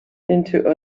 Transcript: into